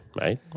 right